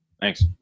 Thanks